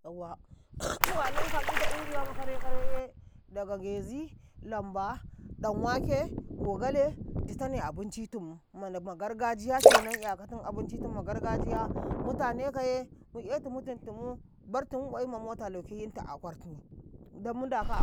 yawwa walanka agita ungiya ma kare-kareye da ngezi, lamba, danwake, gogale, ditane abinci tumu, man ma gargajiya kenam 'yakatum abincitum, ma gargajiya tu tanekaye mu'etu meeting timu bartumu qwayimma mota lauke yintu a kwartini, dom mundaka